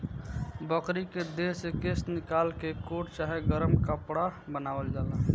बकरी के देह से केश निकाल के कोट चाहे गरम कपड़ा बनावल जाला